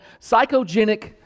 psychogenic